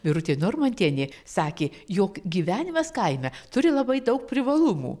birutė normantienė sakė jog gyvenimas kaime turi labai daug privalumų